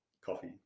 Coffee